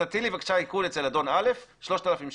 תטילי בבקשה עיקול אצל אדון א', 3,000 שקל.